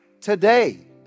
today